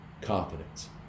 confidence